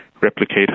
replicate